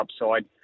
upside